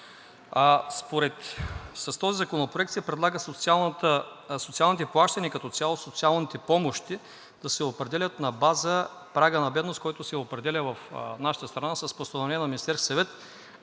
С този законопроект се предлага социалните плащания като цяло и социалните помощи да се определят на база прага на бедност, който се определя в нашата страна с постановление на Министерския съвет,